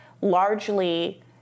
largely